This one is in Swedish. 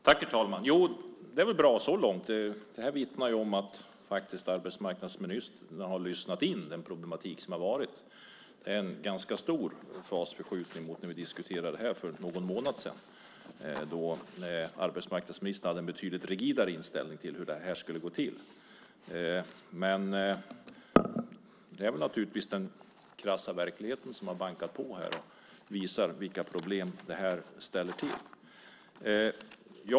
Herr talman! Så långt är det väl bra. Det vittnar om att arbetsmarknadsministern har lyssnat in den problematik som har varit. Det är en ganska stor fasförskjutning mot när vi diskuterade det här för någon månad sedan då arbetsmarknadsministern hade en betydligt mer rigid inställning till hur det här skulle gå till. Det är väl den krassa verkligheten som har bankat på och visat vilka problem det ställer till med.